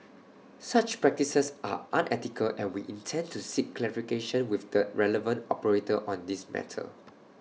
such practices are unethical and we intend to seek clarification with the relevant operator on this matter